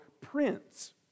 prince